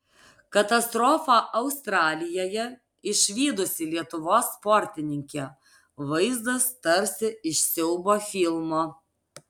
katastrofą australijoje išvydusi lietuvos sportininkė vaizdas tarsi iš siaubo filmo